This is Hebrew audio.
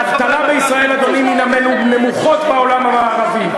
האבטלה בישראל היא מהנמוכות בעולם המערבי.